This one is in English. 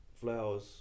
flowers